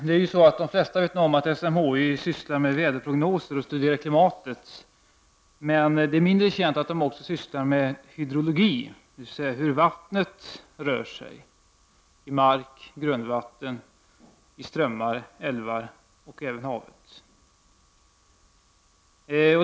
Herr talman! De flesta vet att SMHI sysslar med väderprognoser och studerar klimatet. Mindre känt är att SMHI också sysslar med hydrologi, dvs. studerar hur vattnet rör sig i mark, grundvatten, strömmar, älvar och hav.